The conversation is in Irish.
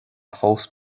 fós